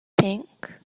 pink